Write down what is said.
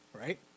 right